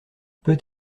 peut